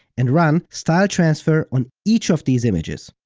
and run style transfer on each of these images.